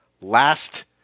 Last